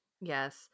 Yes